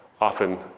often